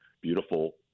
beautiful